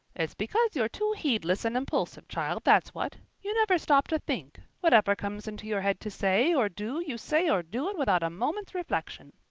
it's because you're too heedless and impulsive, child, that's what. you never stop to think whatever comes into your head to say or do you say or do it without a moment's reflection.